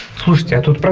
host. he's